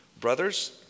Brothers